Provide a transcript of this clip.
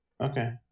Okay